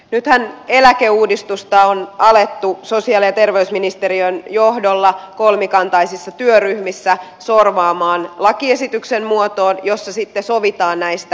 nythän eläkeuudistusta on alettu sosiaali ja terveysministeriön johdolla kolmikantaisissa työryhmissä sorvaamaan lakiesityksen muotoon jossa sitten sovitaan näistä yksityiskohdista